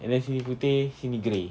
and then sini putih sini grey